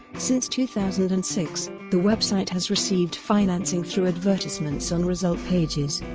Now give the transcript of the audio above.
since two thousand and six, the website has received financing through advertisements on result pages.